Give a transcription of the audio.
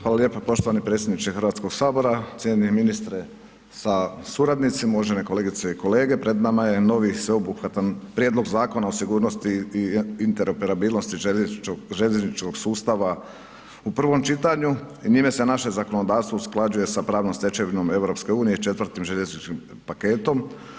Hvala lijepo poštovani predsjedniče Hrvatskog sabora, cijenjeni ministre sa suradnicima, uvažene kolegice i kolege, pred nama je novi sveobuhvatan Prijedlog Zakona o sigurnosti i interoperabilnosti željezničkog sustava u prvom čitanju i njime se naše zakonodavstvo usklađuje sa pravnom stečevinom EU-a i IV. željezničkim paketom.